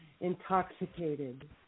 Intoxicated